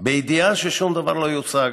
בידיעה ששום דבר לא יושג.